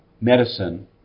medicine